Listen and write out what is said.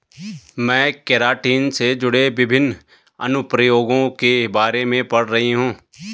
मैं केराटिन से जुड़े विभिन्न अनुप्रयोगों के बारे में पढ़ रही हूं